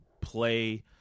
play